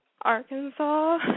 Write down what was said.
Arkansas